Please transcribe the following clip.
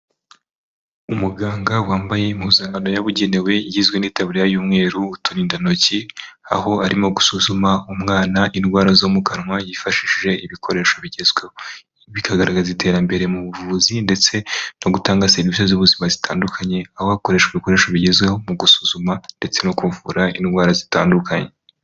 Umuganga wambaye impuzankano yabugenewe igizwe n'itaburiya y'umweru, uturindantoki, aho arimo gusuzuma umwana indwara zo mu kanwa yifashishije ibikoresho bigezweho, bikagaragaza iterambere mu buvuzi ndetse no gutanga serivisi z'ubuzima zitandukanye, aho hakoreshwa ibikoresho bigezweho mu gusuzuma ndetse no kuvura indwara zitandukanye